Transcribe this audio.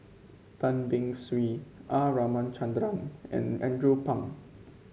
Tan Beng Swee R Ramachandran and Andrew Phang